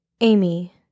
Amy